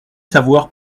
savoir